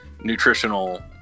nutritional